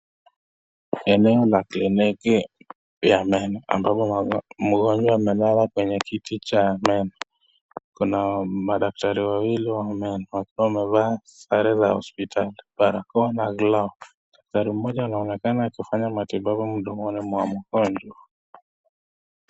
Eneo la kliniki ya meno ambapo mgonjwa amelala kwenye kiti cha meno. Kuna madaktari wawili wa meno, wakiwa wamevaa sare za hospitali. Barakoa na glavu. Daktari moja anaonekana akifanya matibabu mdomo mwa mgonjwa.